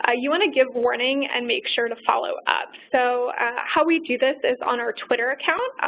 ah you want to give warning and make sure to follow up. so how we do this is on our twitter account,